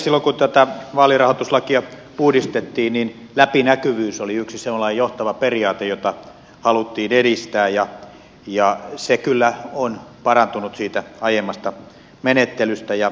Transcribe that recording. silloin kun tätä vaalirahoituslakia uudistettiin läpinäkyvyys oli yksi sellainen johtava periaate jota haluttiin edistää ja se kyllä on parantunut siitä aiemmasta menettelystä ja hyvä niin